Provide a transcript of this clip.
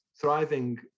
thriving